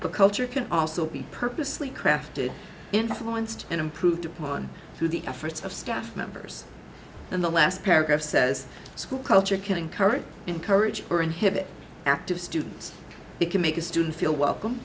can also be purposely crafted influenced and improved upon through the efforts of staff members in the last paragraph says school culture can encourage encourage or inhibit active students it can make a student feel welcome